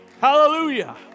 Hallelujah